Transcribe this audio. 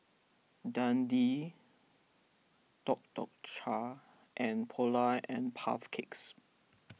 Dundee Tuk Tuk Cha and Polar and Puff Cakes